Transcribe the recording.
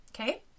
Okay